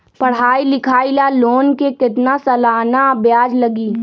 पढाई लिखाई ला लोन के कितना सालाना ब्याज लगी?